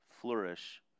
flourish